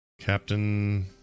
Captain